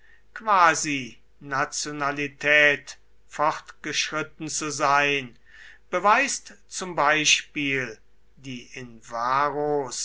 quasinationalität fortgeschritten zu sein beweist zum beispiel die in